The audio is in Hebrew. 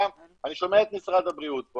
אני שומע את משרד הבריאות פה,